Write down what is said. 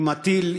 אם הטיל,